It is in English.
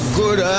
good